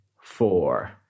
four